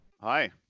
Hi